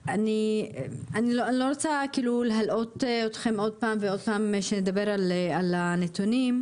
לא רוצה להלאות אתכם עוד פעם ועוד פעם שנדבר על הנתונים,